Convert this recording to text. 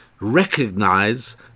recognize